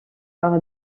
par